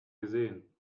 gesehen